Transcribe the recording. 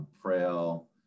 frail